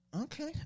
okay